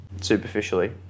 superficially